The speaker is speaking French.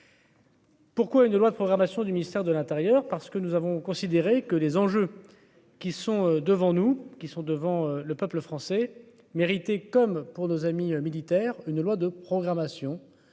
Pourquoi une loi de programmation du ministère de l'Intérieur, parce que nous avons considéré que les enjeux qui sont devant nous, qui sont devant le peuple français mérite comme pour nos amis militaires, une loi de programmation